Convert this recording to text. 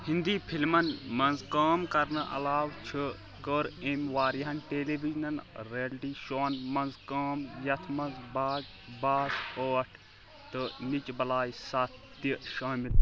ہِنٛدی فلمَن منٛز کٲم کرنہٕ علاوٕ چھ كٔر امہِ واریٛاہَن ٹیلی وجنن ریلٹی شووَن منٛز کٲم یَتھ منٛز باٹ باس ٲٹھ تہٕ نچہِ بلایہِ ستھ تہِ شٲمِل